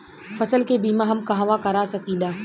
फसल के बिमा हम कहवा करा सकीला?